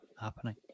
happening